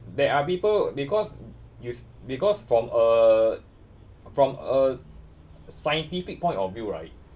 there are people because you because from a from a scientific point of view right